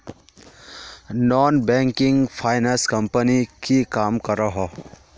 Non banking finance company की काम करोहो?